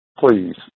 please